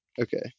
Okay